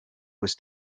was